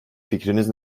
fikriniz